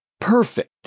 perfect